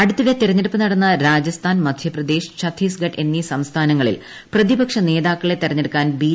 അടുത്തിടെ തെരുഞ്ഞെടുപ്പ് നടന്ന രാജസ്ഥാൻ മധ്യപ്രദേശ് ഛത്തീസ്ഗഡ് എന്നൂർ സ്സ്ഥാനങ്ങളിൽ പ്രതിപക്ഷ നേതാക്കളെ തെരഞ്ഞെടുക്കാ്ൻ ബി